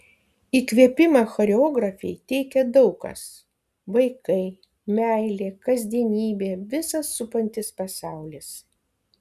įkvėpimą choreografei teikia daug kas vaikai meilė kasdienybė visas supantis pasaulis